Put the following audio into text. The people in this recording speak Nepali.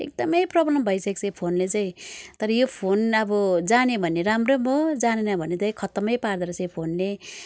एकदमै प्रोब्लम भइसकेको छ यो फोनले चाहिँ तर यो फोन अब जान्यो भने राम्रो पनि हो जानेन भने चाहिँ खत्तमै पार्दोरहेछ यो फोनले